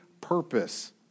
purpose